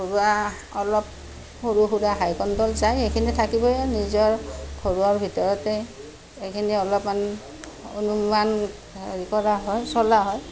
ঘৰুৱা অলপ সৰু সুৰা হাই কন্দল যায় সেইখিনি থাকিবই নিজৰ ঘৰুৱা ভিতৰতে এইখিনি অলপমান অনুমান কৰা হয় চলা হয়